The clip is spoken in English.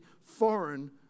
foreign